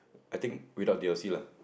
I think without D_L_C lah